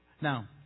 Now